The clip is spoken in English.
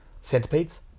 centipedes